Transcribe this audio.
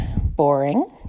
boring